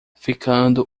ficando